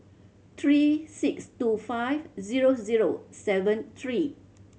three six two five zero zero seven three